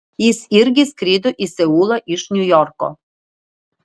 jis irgi skrido į seulą iš niujorko